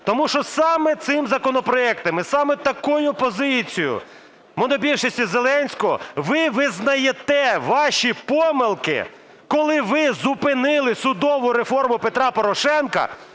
Тому що саме цим законопроектом і саме такою позицією монобільшості Зеленського ви визнаєте ваші помилки, коли ви зупинили судову реформу Петра Порошенка